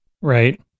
Right